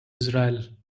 israel